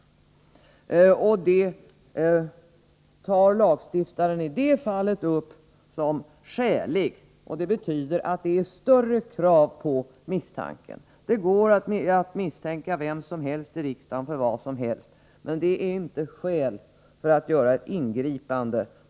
I det här fallet har lagstiftaren gjort det med ”skäligen”. Det betyder att det är större krav på misstanke. Det går att misstänka vem som helst i riksdagen för vad som helst, men det är inte skäl nog för att göra ett ingripande.